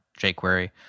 jQuery